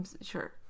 Sure